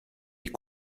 est